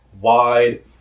wide